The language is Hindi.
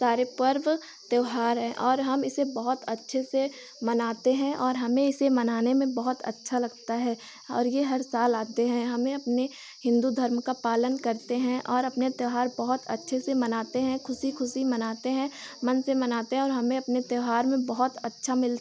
सारे पर्व त्यौहार हैं और हम इसे बहुत अच्छे से मनाते हैं और हमें इसे मनाने में बहुत अच्छा लगता है और यह हर साल आते हैं हमें अपने हिन्दू धर्म का पालन करते हैं और अपने त्यौहार बहुत अच्छे से मनाते हैं ख़ुशी ख़ुशी मनाते हैं मन से मनाते हैं और हमें अपने त्यौहार में बहुत अच्छा मिल